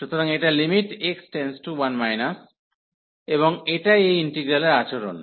সুতরাং এটা x→1 এবং এটা এই ইন্টিগ্রালের আচরণ